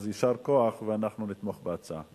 אז יישר כוח ואנחנו נתמוך בהצעה.